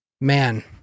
man